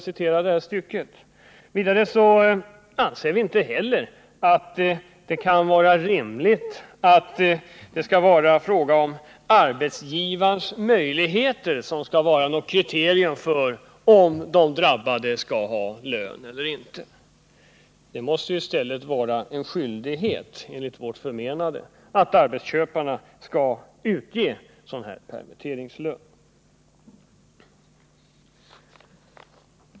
Vi anser inte heller att det kan vara rimligt att ”arbetsgivarens möjligheter” skall vara något slags kriterium för om de drabbade skall ha lön eller inte. Det måste i stället enligt vårt förmenande vara en skyldighet för arbetsgivarna att utge permitteringslön.